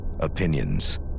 Opinions